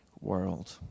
world